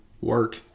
work